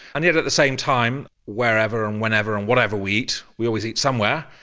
and yet at the same time wherever and whenever and whatever we eat, we always eat somewhere,